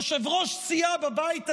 יושב-ראש סיעה בבית הזה,